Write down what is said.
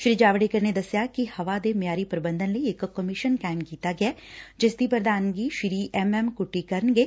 ਸ੍ਰੀ ਜਾਵਤੇਕਰ ਨੇ ਦਸਿਆ ਕਿ ਹਵਾ ਦੇ ਮਿਆਰੀ ਪ੍ਰਬੰਧਨ ਲਈ ਇਕ ਕਮਿਸ਼ਨ ਕਾਇਮ ਕੀਤਾ ਗੈ ਜਿਸ ਦੀ ਪ੍ਰਧਾਨਗੀ ਸ੍ਰੀ ਐਮ ਐਮ ਕੁੱਟੀ ਕਰਨਗੇ